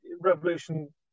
revolution